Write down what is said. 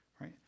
right